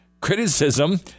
criticism